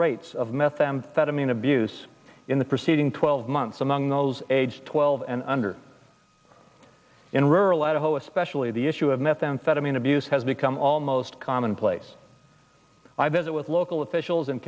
rates of methamphetamine abuse in the preceding twelve months among those aged twelve and under in rural idaho especially the issue of methamphetamine abuse has become almost commonplace i visit with local officials